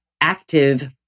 active